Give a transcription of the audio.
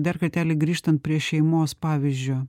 dar kartelį grįžtant prie šeimos pavyzdžio